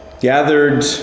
gathered